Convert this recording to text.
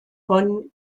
von